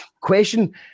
question